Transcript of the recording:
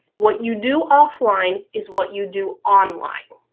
what you do offline is what you do online.